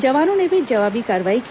जवानों ने भी जवाबी कार्यवाही की